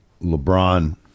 LeBron